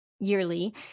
yearly